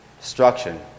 destruction